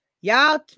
y'all